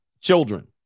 children